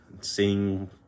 seeing